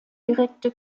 direkte